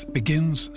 begins